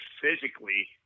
physically